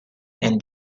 and